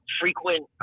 frequent